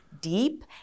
deep